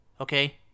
Okay